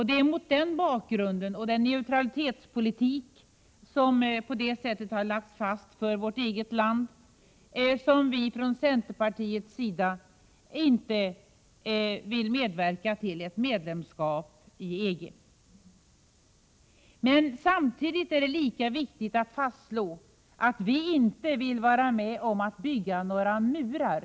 Det är mot denna bakgrund och mot bakgrund av den neutralitetspolitik som på detta sätt har lagts fast för vårt eget land som vi i centern inte vill medverka till medlemskap i EG. Men samtidigt är det lika viktigt att fastslå att vi inte vill vara med om att bygga några murar.